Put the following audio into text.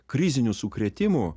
krizinių sukrėtimų